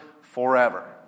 forever